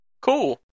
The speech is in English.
cool